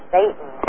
Satan